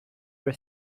were